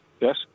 yes